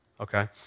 okay